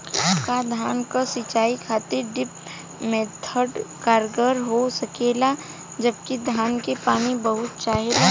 का धान क सिंचाई खातिर ड्रिप मेथड कारगर हो सकेला जबकि धान के पानी बहुत चाहेला?